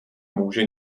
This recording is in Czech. může